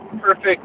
perfect